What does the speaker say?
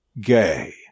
Gay